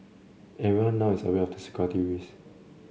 everyone now is aware of the security risk